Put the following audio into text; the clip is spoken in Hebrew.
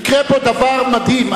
יקרה פה דבר מדהים,